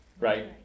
Right